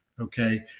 okay